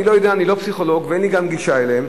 אני לא פסיכולוג, וגם אין לי גישה אליהם,